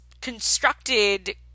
constructed